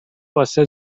واسه